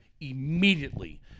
immediately